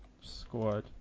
Squad